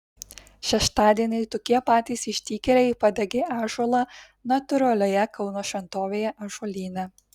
šeštadienį tokie patys išdykėliai padegė ąžuolą natūralioje kauno šventovėje ąžuolyne